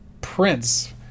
Prince